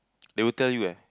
they will tell you leh